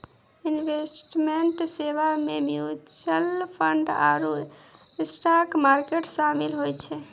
investment सेबा मे mutual fund आरु स्टाक मार्केट शामिल होय छै